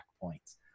points